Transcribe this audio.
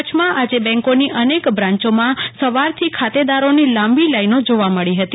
કચ્છમાં આજે બેંકોની અનેક બ્રાન્યોમાં સવારથી ખાતેદારોની લાંબી લાઈનો જોવા મળી હતી